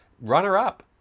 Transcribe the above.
runner-up